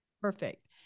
Perfect